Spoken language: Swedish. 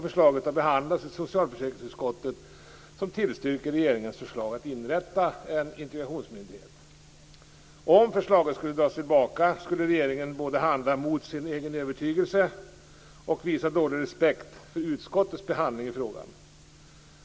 Förslaget har behandlats i socialförsäkringsutskottet, som tillstyrker regeringens förslag att inrätta en integrationsmyndighet. Om förslaget skulle dras tillbaka skulle regeringen både handla mot sin egen övertygelse och visa dålig respekt för utskottets behandling av frågan.